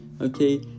okay